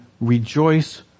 rejoice